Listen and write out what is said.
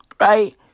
Right